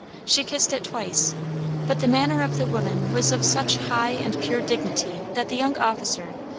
she kissed it twice but the manner of the woman was of such high and pure dignity that the young officer,